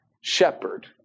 shepherd